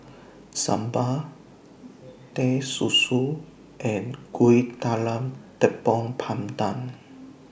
Sambal Teh Susu and Kuih Talam Tepong Pandan